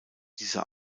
dieser